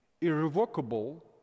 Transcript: irrevocable